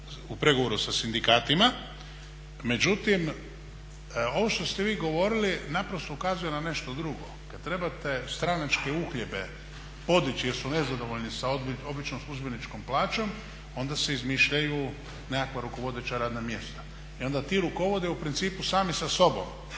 u pregovoru sa sindikatima. Međutim, ovo što ste vi govorili naprosto ukazuje na nešto drugo. Kad trebate stranačke uhljebe podići jer su nezadovoljni sa običnom službeničkom plaćom onda se izmišljaju nekakva rukovodeća radna mjesta i onda ti rukovode u principu sami sa sobom